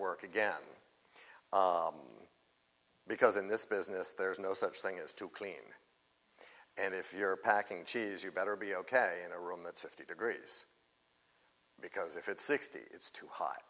work again because in this business there is no such thing as too clean and if you're packing cheese you better be ok in a room that's fifty degrees because if it's sixty it's too h